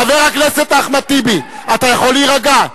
חבר הכנסת טיבי, אתה יכול להירגע?